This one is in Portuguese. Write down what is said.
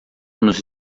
nos